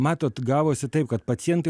matot gavosi taip kad pacientai